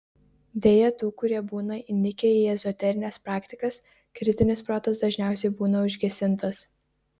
deja tų kurie būna įnikę į ezoterines praktikas kritinis protas dažniausiai būna užgesintas